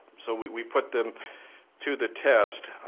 so we put them to the test.